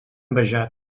envejat